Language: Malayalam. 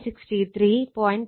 36o മില്ലി ആംപിയർ എന്ന് കിട്ടും